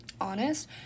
honest